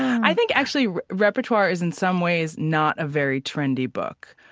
i think actually repertoire is in some ways not a very trendy book.